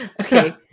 Okay